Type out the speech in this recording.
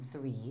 three